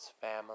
family